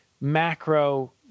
macro